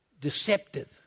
Deceptive